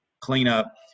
cleanup